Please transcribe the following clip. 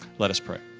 let us pray.